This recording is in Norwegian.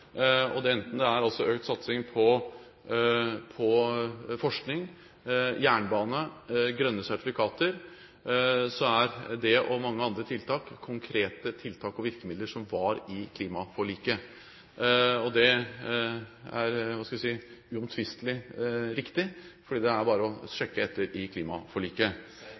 Enten det er økt satsing på forskning, jernbane, grønne sertifikater, er det også mange andre tiltak, konkrete tiltak og virkemidler, som lå i klimaforliket. Det er – hva skal vi si – uomtvistelig riktig, for det er bare å sjekke i klimaforliket.